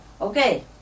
Okay